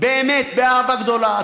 באמת באהבה גדולה,